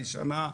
לשנה,